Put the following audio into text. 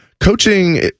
Coaching